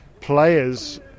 players